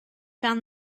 found